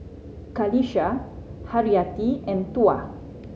Qalisha Haryati and Tuah